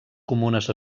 comunes